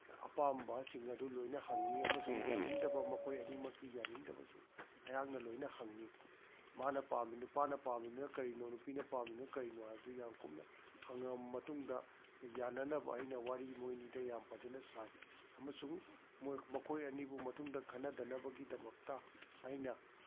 ꯑꯄꯥꯝꯕꯁꯤꯡ ꯑꯗꯨ ꯂꯣꯏꯅ ꯍꯪꯉꯤ ꯑꯃꯁꯨꯡ ꯌꯥꯅꯤꯡꯗꯕ ꯃꯈꯣꯏ ꯑꯅꯤꯃꯛꯀꯤ ꯌꯥꯅꯤꯡꯗꯕꯁꯨ ꯑꯩꯍꯥꯛꯅ ꯂꯣꯏꯅ ꯍꯪꯉꯤ ꯃꯥꯅ ꯄꯥꯝꯃꯤ ꯅꯨꯄꯥꯅ ꯄꯥꯝꯃꯤꯗꯨꯅ ꯀꯔꯤꯅꯣ ꯅꯨꯄꯤꯗꯨꯅ ꯄꯥꯝꯃꯤꯗꯨꯅ ꯀꯔꯤꯅꯣ ꯍꯥꯏꯕꯗꯨ ꯌꯥꯝ ꯀꯨꯞꯅ ꯍꯪꯉꯕ ꯃꯇꯨꯡꯗ ꯌꯥꯅꯅꯕ ꯑꯩꯅ ꯋꯥꯔꯤ ꯃꯣꯏ ꯑꯅꯤꯗ ꯌꯥꯝ ꯐꯖꯅ ꯁꯥꯏ ꯑꯃꯁꯨꯡ ꯃꯈꯣꯏ ꯑꯅꯤꯕꯨ ꯃꯇꯨꯡꯗ ꯈꯠꯅꯗꯅꯕꯒꯤꯃꯗꯛꯇ ꯑꯩꯅ